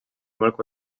balcó